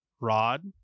rod